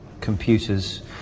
computers